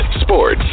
sports